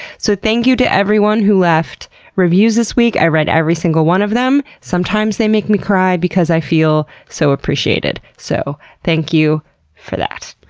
so thank you to everyone who left reviews this week, i read every single one of them, sometimes they make me cry because i feel so appreciated. so thank you for that.